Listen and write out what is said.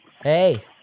Hey